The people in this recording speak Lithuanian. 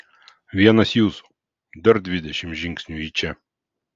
vienas jūsų dar dvidešimt žingsnių į čia